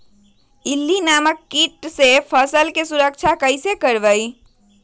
इल्ली नामक किट से फसल के सुरक्षा कैसे करवाईं?